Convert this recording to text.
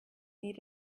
need